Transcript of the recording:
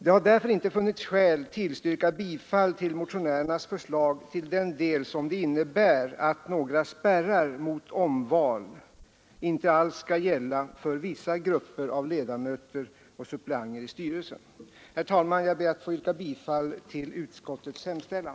Det har därför inte funnits skäl att tillstyrka motionen i den del där det föreslås att några spärrar mot omval inte alls skall gälla för vissa grupper av ledamöter och suppleanter i styrelsen. Herr talman! Jag ber att få yrka bifall till utskottets hemställan.